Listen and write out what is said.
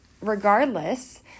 regardless